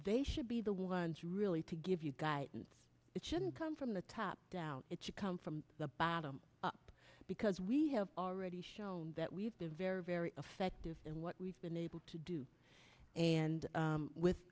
they should be the ones really to give you guidance it shouldn't come from the top down it should come from the bottom up because we have already shown that we've been very very effective and what we've been able to do and with